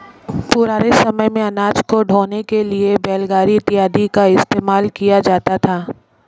पुराने समय मेंअनाज को ढोने के लिए बैलगाड़ी इत्यादि का इस्तेमाल किया जाता था